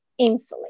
insulin